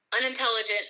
unintelligent